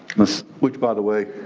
which by the way,